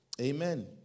Amen